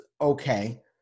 okay